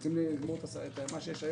אנחנו רוצים לגמור היום.